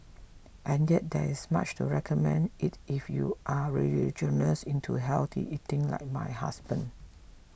and yet there is much to recommend it if you are religious into healthy eating like my husband